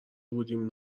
بودیم